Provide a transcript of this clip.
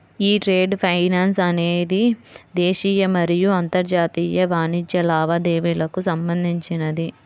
యీ trade finance అనేది దేశీయ మరియు అంతర్జాతీయ వాణిజ్య లావాదేవీలకు సంబంధించినది